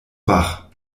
wach